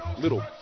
little